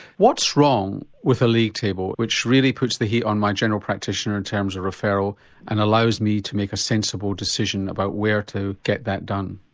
what's wrong with a league table which really puts the heat on my general practitioner in terms of referral and allows me to make a sensible decision about where to get that done?